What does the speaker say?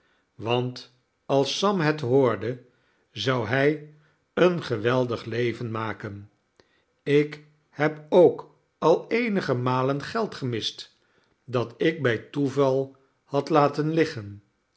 want als sam het hoorde zou hij een geweldig leven maken ik heb ook al eenige rnalen geld gemist dat ik bij toeval had laten liggen